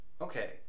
Okay